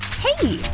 hey!